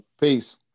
Peace